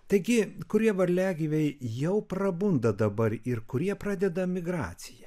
taigi kurie varliagyviai jau prabunda dabar ir kurie pradeda migraciją